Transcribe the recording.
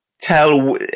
tell